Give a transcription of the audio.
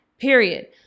period